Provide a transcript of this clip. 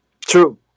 True